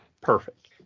Perfect